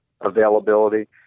availability